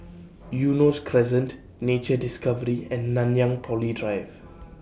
Eunos Crescent Nature Discovery and Nanyang Poly Drive